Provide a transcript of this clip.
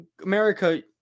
America